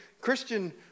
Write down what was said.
Christian